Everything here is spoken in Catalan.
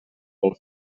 vol